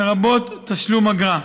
לרבות תשלום אגרה.